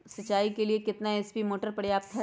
सिंचाई के लिए कितना एच.पी मोटर पर्याप्त है?